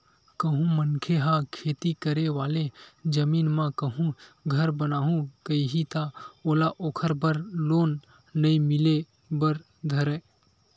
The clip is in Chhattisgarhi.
कहूँ मनखे ह खेती करे वाले जमीन म कहूँ घर बनाहूँ कइही ता ओला ओखर बर लोन नइ मिले बर धरय